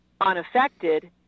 unaffected